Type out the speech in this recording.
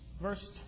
verse